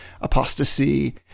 apostasy